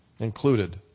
included